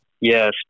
Yes